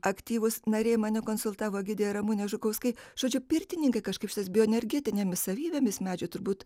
aktyvūs nariai mane konsultavo gidė ramunė žukauskaitė žodžiu pirtininkai kažkaip šitas bioenergetinėmis savybėmis medžio turbūt